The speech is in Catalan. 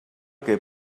que